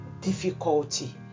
difficulty